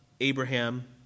Abraham